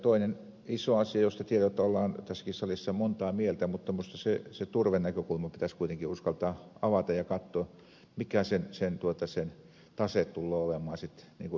toinen iso asia josta tiedän että ollaan tässäkin salissa montaa mieltä on minusta turvenäkökulma joka pitäisi kuitenkin uskaltaa avata ja katsoa mikä sen tase tulee olemaan sitten ympäristön näkökulmasta